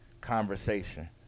conversation